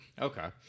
Okay